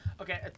Okay